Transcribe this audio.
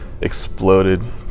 exploded